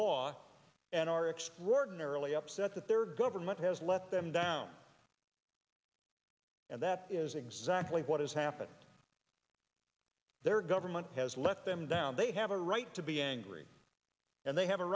law and are extraordinarily upset that their government has let them down and that is exactly what is happening their government has let them down they have a right to be angry and they have a